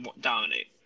dominate